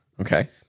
Okay